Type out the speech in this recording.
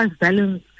balance